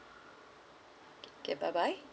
okay bye bye